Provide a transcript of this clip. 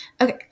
okay